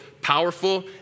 powerful